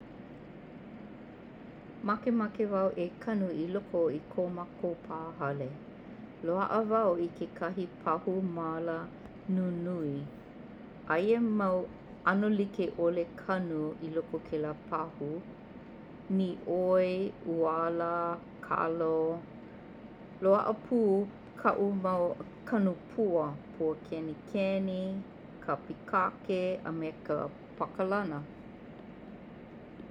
Makemake wau e kanu i loko i ko mākou pāhale. Loa'a wau i kekahi pau mala nunui. Aia mau 'ano like'ole kanu i loko o kēlā pahu nioi, uala, kalo. Loa'a pū ka'u mau kanu pua puakenikeni, ka pikake a me ka pakalana.